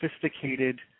sophisticated